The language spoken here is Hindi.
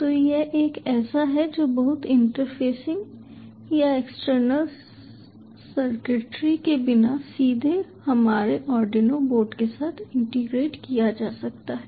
तो यह एक ऐसा है जो बहुत इंटरफेसिंग या एक्सटर्नल सर्किटरी के बिना सीधे हमारे आर्डिनो बोर्ड के साथ इंटीग्रेट किया जा सकता है